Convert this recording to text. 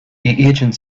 agent